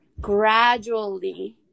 gradually